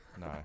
No